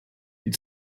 die